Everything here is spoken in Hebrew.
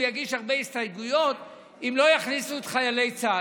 הוא יגיש הרבה הסתייגויות אם לא יכניסו את חיילי צה"ל,